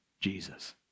Jesus